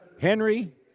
Henry